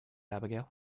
abigail